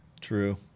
True